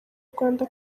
rwanda